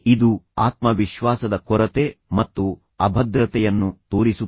ಇದು ಆತ್ಮವಿಶ್ವಾಸದ ಕೊರತೆ ಮತ್ತು ಅಭದ್ರತೆಯನ್ನು ತೋರಿಸುತ್ತದೆ